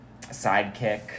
Sidekick